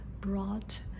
brought